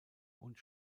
und